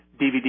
DVD